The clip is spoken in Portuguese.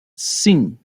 sim